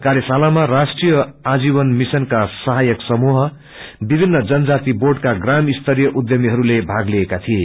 कार्यशालामा राष्ट्रिय आजीवन मिशनका सहायक समूह विभिन्न जनतजाति बोँडका प्राम स्तरिय उध्यमीहरूले भाग लिएका थिए